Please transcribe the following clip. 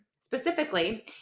Specifically